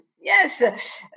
Yes